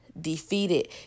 defeated